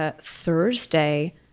Thursday